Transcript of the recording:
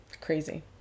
Crazy